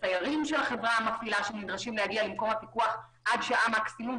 הסיירים של החברה המפעילה שנדרשים להגיע למקום הפיקוח עד שעה מקסימום,